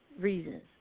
reasons